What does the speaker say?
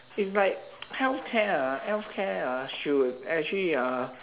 is like healthcare ah healthcare ah should actually ah